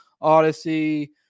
Odyssey